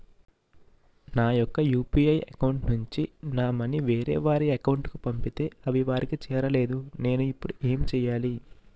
నా యెక్క UPI account నుంచి నా మనీ వేరే వారి అకౌంట్ కు పంపితే అవి వారికి చేరలేదు నేను ఇప్పుడు ఎమ్ చేయాలి?